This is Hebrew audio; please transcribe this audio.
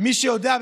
מי שיודע,